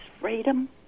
freedom